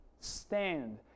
stand